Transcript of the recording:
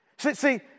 See